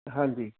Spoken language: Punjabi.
ਹਾਂਜੀ